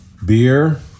Beer